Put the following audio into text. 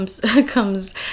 comes